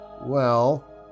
Well